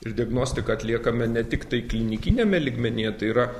ir diagnostiką atliekame ne tiktai klinikiniame lygmenyje tai yra